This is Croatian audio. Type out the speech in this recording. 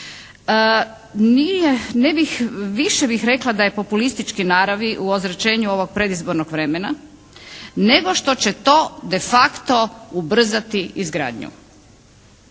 ne bih, više bih rekla da je populističke naravi u ozračenju ovog predizbornog vremena, nego što će to de facto ubrzati izgradnju.